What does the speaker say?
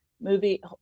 movie